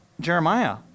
Jeremiah